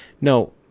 no